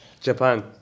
Japan